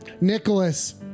Nicholas